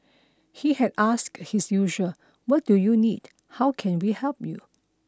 he had asked his usual what do you need how can we help you